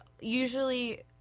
usually